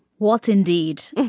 what indeed.